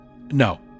No